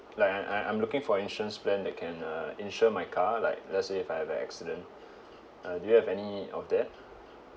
like I'm I'm I'm looking for insurance plan that can uh insure my car like let's say if I had an accident uh do you have any of that